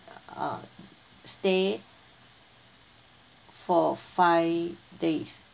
uh stay for five days